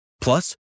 Plus